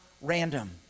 random